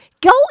Go